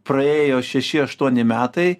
praėjo šeši aštuoni metai